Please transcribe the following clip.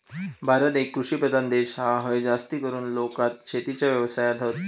भारत एक कृषि प्रधान देश हा, हय जास्तीकरून लोका शेतीच्या व्यवसायात हत